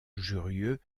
jurieu